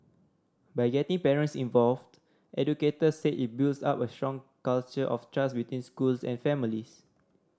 by getting parents involved educators said it builds up a strong culture of trust between schools and families